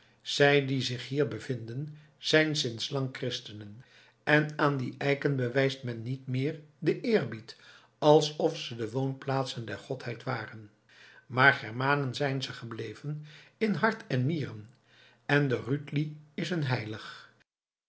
zij die zich hier bevinden zijn sinds lang christenen en aan die eiken bewijst men niet meer den eerbied alsof ze de woonplaatsen der godheid waren maar germanen zijn ze gebleven in hart en nieren en de rütli is hun heilig